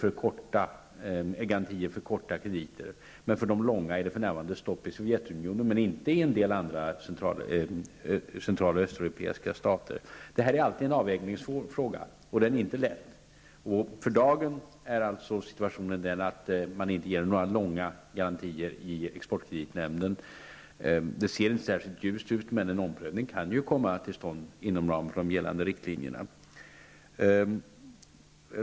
Det ges garantier för korta krediter, men för de långa krediterna är det för närvarande stopp i Sovjetunionen, men inte i en del andra central och östeuropeiska stater. Detta är alltid en avvägningsfråga som inte är lätt att avgöra. För dagen ger inte exportkreditnämnden några långa garantier. Det ser inte särskilt ljust ut, men det kan ju komma till stånd en omprövning inom ramen för de gällande riktlinjerna.